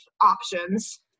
options